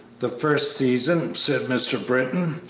the first season, said mr. britton,